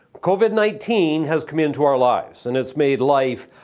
covid nineteen has come into our lives, and it's made life,